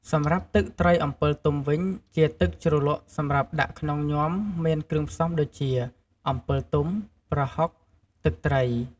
សម្រាប់ទឹកត្រីអំពិលទុំវិញ ជាទឹកជ្រលក់សម្រាប់ដាក់ក្នុងញាំមានគ្រឿងផ្សំដូចជា អំពិលទុំ ប្រហុក ទឺកត្រី។